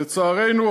לצערנו,